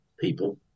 people